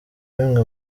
bimwe